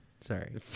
Sorry